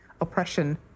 oppression